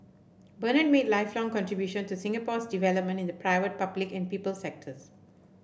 Bernard made lifelong contribution to Singapore's development in the private public and people sectors